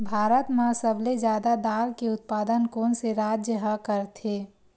भारत मा सबले जादा दाल के उत्पादन कोन से राज्य हा करथे?